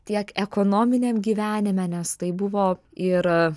tiek ekonominiam gyvenime nes tai buvo ir